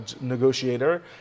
negotiator